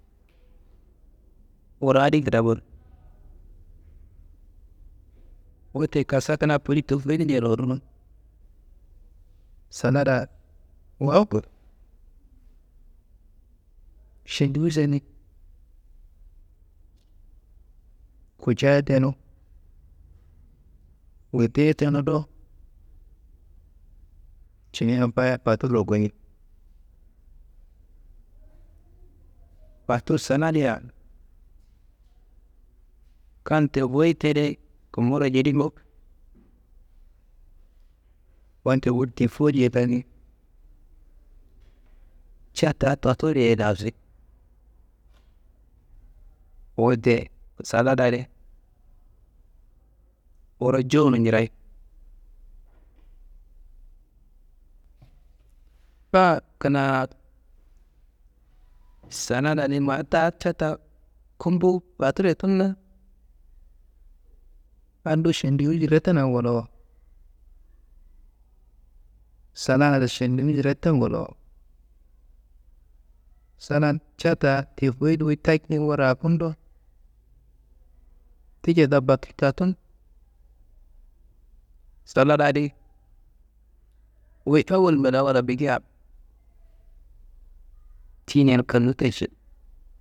Wuro adi kidamo, wette kassa kina poli tofoyit nja ruwunu, salada wawuko šendiwizašni kutcayi tenu. Weteyi tenudo cinia fayar foturo goniyi, fotur saladya kan tefoyit tedi kumburo jedi bowo wette wuyi woli tufoyit tanu. Ca taa ndottoriyiye dawusi, wette saladadi wuro jowuro njirayi, tan kina saladadi mata ca taa kumbu faturye tunna, ado šendiwiš rattana ngolowo. Saladar šendiwiš ratta ngolowo, salad ca taa tifoyit wuyi taki wu rakundo, ti ca taa bakil ta tunu, saladadi wuyi awal bil awal bikia tiyinar kannu tassi.